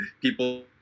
people